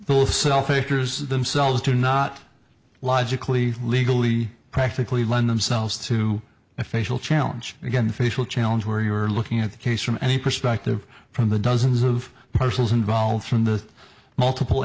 haters themselves do not logically legally practically lend themselves to a facial challenge again facial challenge where you are looking at the case from any perspective from the dozens of persons involved from the multiple